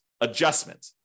adjustment